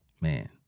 man